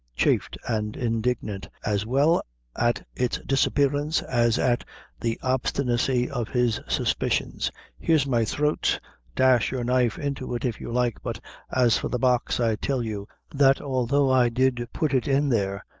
chafed and indignant as well at its disappearance as at the obstinacy of his suspicions here's my throat dash your knife into it, if you like but as for the box, i tell you, that although i did put it in there,